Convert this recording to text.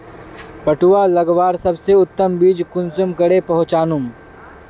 पटुआ लगवार सबसे उत्तम बीज कुंसम करे पहचानूम?